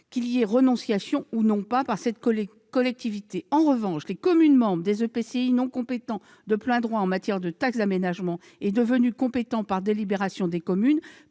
qu'il y ait renonciation ou non par cette collectivité. En revanche, les communes membres des EPCI non compétents de plein droit en matière de taxe d'aménagement et devenus compétents par délibération des communes